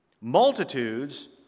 multitudes